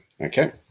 Okay